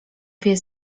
pies